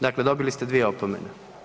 Dakle, dobili ste dvije opomene.